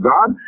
God